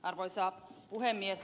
arvoisa puhemies